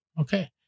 Okay